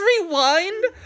rewind